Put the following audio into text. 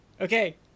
Okay